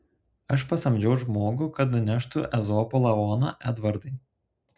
aš pasamdžiau žmogų kad nuneštų ezopo lavoną edvardai